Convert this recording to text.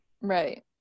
right